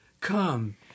Come